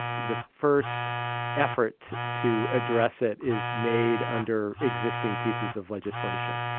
the first effort to address it is made under existing pieces of legislation.